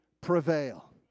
prevail